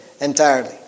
entirely